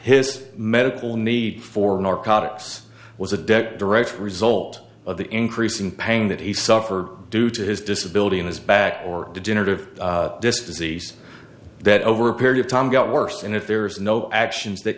his medical need for narcotics was a deck direct result of the increase in pain that he suffered due to his disability and his back or degenerative disc disease that over a period of time got worse and if there is no actions that